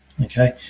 okay